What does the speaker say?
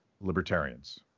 libertarians